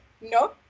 no